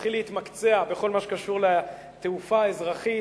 מתחיל להתמקצע בכל מה שקשור לתעופה האזרחית,